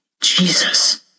Jesus